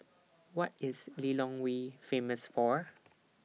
What IS Lilongwe Famous For